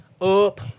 up